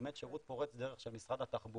באמת שירות פורץ דרך של משרד התחבורה